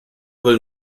will